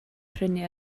prynu